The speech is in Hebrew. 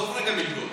עזוב רגע מלגות.